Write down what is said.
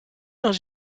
dans